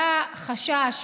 בבקשה.